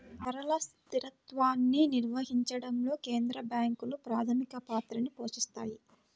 ధరల స్థిరత్వాన్ని నిర్వహించడంలో కేంద్ర బ్యాంకులు ప్రాథమిక పాత్రని పోషిత్తాయి